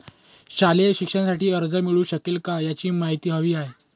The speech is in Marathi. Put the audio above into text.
शालेय शिक्षणासाठी कर्ज मिळू शकेल काय? याची माहिती हवी आहे